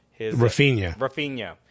Rafinha